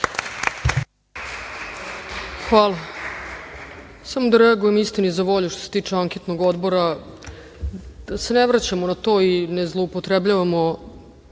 Samo da reagujem, istini za volju, što se tiče anketnog odbora, da se ne vraćamo na to i ne zloupotrebljavamo.